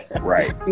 right